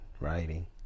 writing